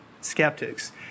skeptics